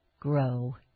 grow